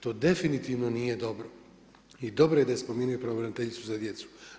To definitivno nije dobro i dobro je da je spomenuo pravobraniteljicu za djecu.